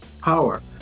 power